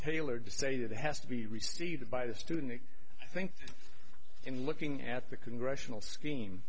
tailored to say that it has to be received by the student and i think in looking at the congressional scheme